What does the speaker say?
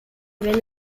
wenn